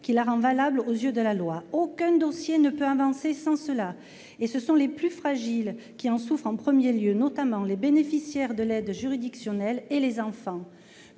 qui la rend valable aux yeux de la loi. Aucun dossier ne peut avancer sans cela, et ce sont les plus fragiles qui en souffrent en premier lieu, notamment les bénéficiaires de l'aide juridictionnelle, ainsi que les enfants.